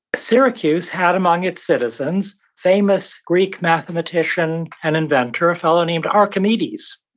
syracuse, had among its citizens, famous greek mathematician and inventor, a fellow named archimedes.